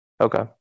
Okay